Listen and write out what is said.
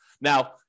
Now